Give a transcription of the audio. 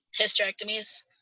hysterectomies